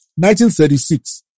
1936